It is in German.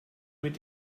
mit